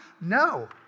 No